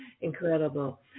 Incredible